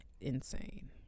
insane